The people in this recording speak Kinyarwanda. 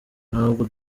ntabwo